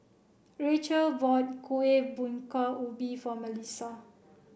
Rachael bought Kuih Bingka Ubi for Melissa